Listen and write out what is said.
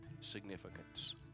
significance